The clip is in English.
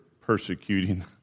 persecuting